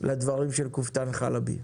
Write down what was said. לדברים של קופטאן חלבי.